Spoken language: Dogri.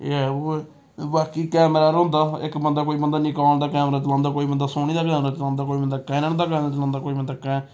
एह् ऐ ओह् ऐ बाकी कैमरा'रै होंदा इक बंदा कोई बंदा निकान दा कैमरा चलांदा कोई बंदा सोनी दा कैमरा चलांदा कोई बंदा कैनन दा कैमरा चलांदा कोई बंदा कै